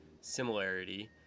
similarity